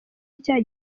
icyaha